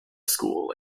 school